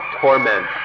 torment